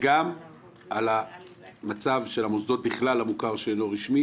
וגם על המצב של המוסדות בכלל המוכר שאינו רשמי,